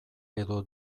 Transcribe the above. edo